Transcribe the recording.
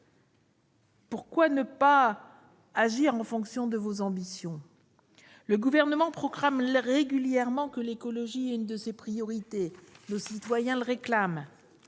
les moyens d'agir en fonction de vos ambitions ? Le Gouvernement proclame régulièrement que l'écologie est une de ses priorités. Les Français le réclament.